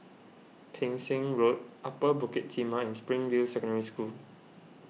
Pang Seng Road Upper Bukit Timah and Springfield Secondary School